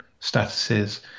statuses